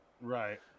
Right